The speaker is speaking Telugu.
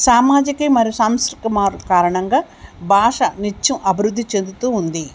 సామాజికే మరియు సంస్కృతిక మార్పు కారణంగా భాష నిత్యం అభివృద్ధి చెందుతూ ఉంది